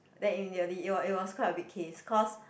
then immediately it it it was quite a big case cause